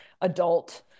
adult